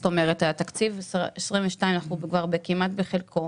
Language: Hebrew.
זאת אומרת, תקציב 2022, אנחנו כבר כמעט בחלקו,